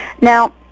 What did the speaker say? Now